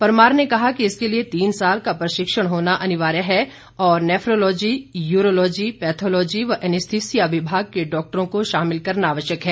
परमार ने कहा कि इसके लिए तीन साल का प्रशिक्षण होना अनिवार्य है और नैफ्रोलोजी यूरोलोजी पैथोलॉजी व एनसथीसिया विभाग के डॉक्टरों को शामिल करना आवश्यक है